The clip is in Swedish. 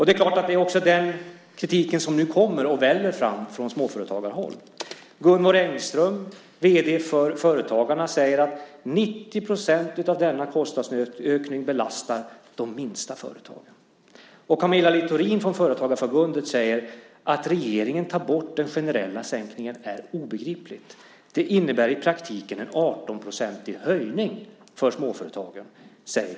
Det är också den kritik som nu väller fram från småföretagarhåll. Gunvor Engström, vd för Företagarna, säger att 90 % av denna kostnadsökning belastar de minsta företagen. Camilla Littorin från Företagarförbundet säger: Att regeringen tar bort den generella sänkningen är obegripligt. Det innebär i praktiken en 18-procentig höjning för småföretagen.